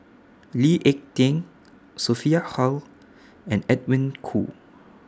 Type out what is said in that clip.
Lee Ek Tieng Sophia Hull and Edwin Koo